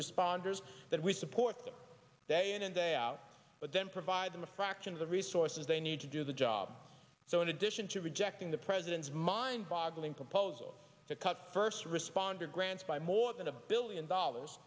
responders that we support them day in and day out but then provide them a fraction of the resources they need to do the job so in addition to rejecting the president's mind boggling proposal to cut first responder grants by more than a billion dollars